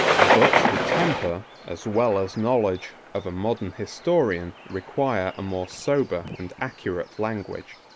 but the temper, as well as knowledge, of a modern historian, require a more sober and accurate language.